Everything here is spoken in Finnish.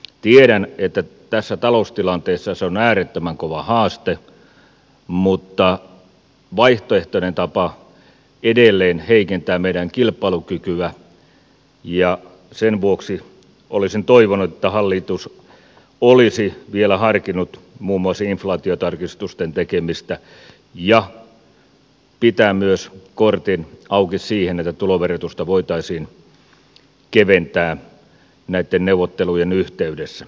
tiedän että tässä taloustilanteessa se on äärettömän kova haaste mutta vaihtoehtoinen tapa edelleen heikentää meidän kilpailukykyä ja sen vuoksi olisin toivonut että hallitus olisi vielä harkinnut muun muassa inflaatiotarkistusten tekemistä ja pitää myös kortin auki siihen että tuloverotusta voitaisiin keventää näitten neuvottelujen yhteydessä